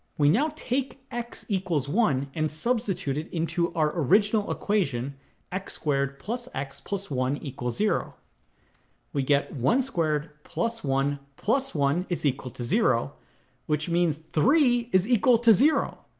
we now take x equals one and substitute it into our original equation x squared plus x plus one equals zero we get one squared plus one plus one is equal to zero which means three is equal to zero